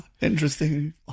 interesting